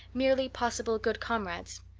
merely possible good comrades.